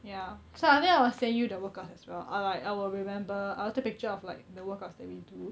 ya so I think I will send you the workouts as well I will like I will remember I will take picture of like the workouts that we do